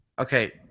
Okay